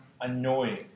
Annoying